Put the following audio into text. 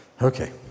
Okay